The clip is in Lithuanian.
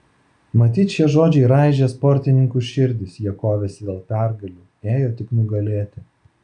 matyt šie žodžiai raižė sportininkų širdis jie kovėsi dėl pergalių ėjo tik nugalėti